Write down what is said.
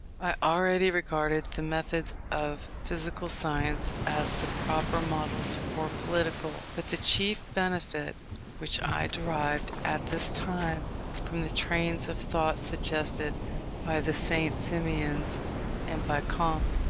i already regarded the methods of physical science as the proper models for political. but the chief benefit which i derived at this time from the trains of thought suggested by the st. simonians and by comte,